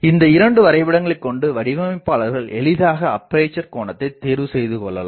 இந்த 2 வரைபடங்களை கொண்டு வடிவமைப்பாளர்கள் எளிதாக அப்பேசர் கோணத்தைத் தேர்வு செய்துகொள்ளலாம்